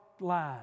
line